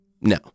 No